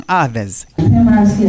others